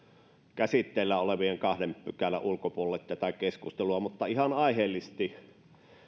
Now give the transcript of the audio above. käsitteillä olevien kahden pykälän ulkopuolelle tätä keskustelua mutta ihan aiheellisesti